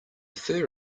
fur